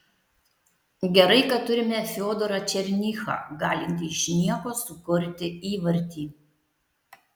gerai kad turime fiodorą černychą galintį iš nieko sukurti įvartį